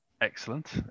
Excellent